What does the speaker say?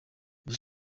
ubu